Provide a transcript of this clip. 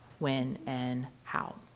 when, and how?